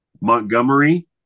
Montgomery